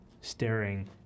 staring